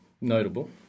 notable